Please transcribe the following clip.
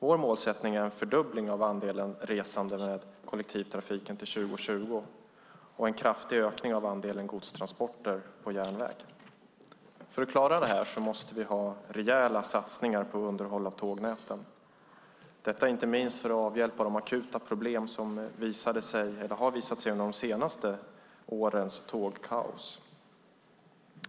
Vår målsättning är en fördubbling av andelen resande med kollektivtrafiken till 2020 och en kraftig ökning av andelen godstransporter på järnväg. För att klara det här måste vi ha rejäla satsningar på underhåll av tågnäten, detta inte minst för att avhjälpa de akuta problem som har visat sig under de senaste årens tågkaos.